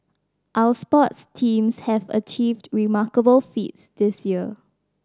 our sports teams have achieved remarkable feats this year